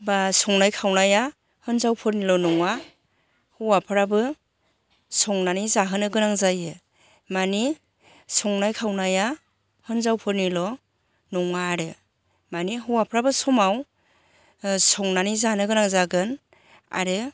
बा संनाय खावनाया हिन्जावफोरनिल' नङा हौवाफ्राबो संनानै जाहोनो गोनां जायो माने संनाय खावनाया हिन्जावफोरनिल' नङा आरो माने हौवाफ्राबो समाव संनानै जानो गोनां जागोन आरो